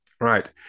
Right